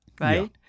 Right